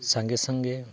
ᱥᱟᱸᱜᱮ ᱥᱟᱸᱜᱮ